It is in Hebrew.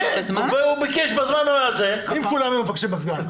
אם כולם היו מבקשים בזמן.